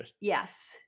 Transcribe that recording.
yes